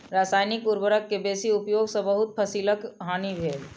रसायनिक उर्वरक के बेसी उपयोग सॅ बहुत फसीलक हानि भेल